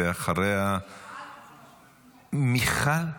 ואחריה --- מיכל מרים.